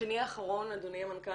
בשני האחרון אדוני המנכ"ל,